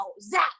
zap